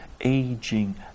aging